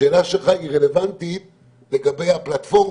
השאלה שלך רלוונטית לגבי הפלטפורמה,